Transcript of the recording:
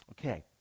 Okay